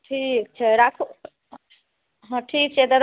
ठीक छै राखू हँ ठीक छै तऽ